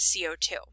co2